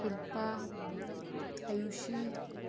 Shilpa Ayushi